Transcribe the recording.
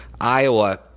Iowa